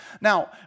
Now